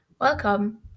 welcome